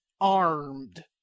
armed